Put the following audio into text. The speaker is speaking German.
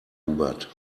hubert